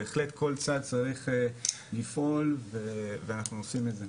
בהחלט כל צד צריך לפעול ואנחנו עושים את זה.